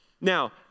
Now